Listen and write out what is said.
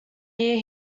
year